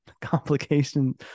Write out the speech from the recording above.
complication